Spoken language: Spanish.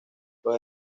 los